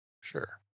sure